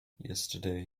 yesterday